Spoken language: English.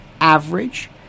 average